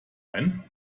ein